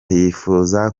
yifuza